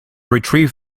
retrieved